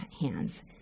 hands